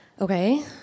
Okay